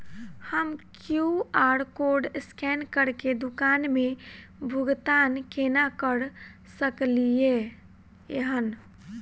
हम QR code scan करके दुकान मे भुगतान केना करऽ सकलिये एहन?